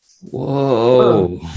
whoa